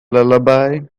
lullaby